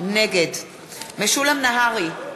נגד משולם נהרי,